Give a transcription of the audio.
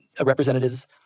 representatives